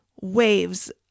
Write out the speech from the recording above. waves